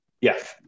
yes